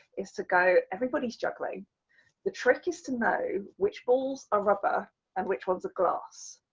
is to go everybody's juggling the trick is to know which balls a rubber and which ones a glass.